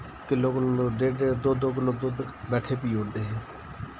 किल्लो किल्लो डेढ़ डेढ़ दो दो किल्लो दुध्द बैठे पी ओड़दे हे